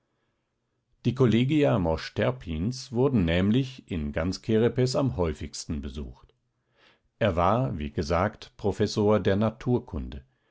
die kollegia mosch terpins wurden nämlich in ganz kerepes am häufigsten besucht er war wie gesagt professor der naturkunde